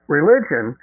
Religion